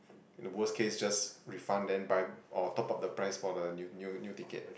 the worst case just refund then buy or top up the price for the new new ticket